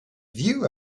view